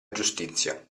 giustizia